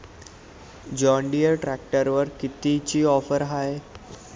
John Deere ट्रॅक्टरवर कितीची offer हाये?